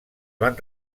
van